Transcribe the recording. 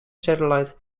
satellite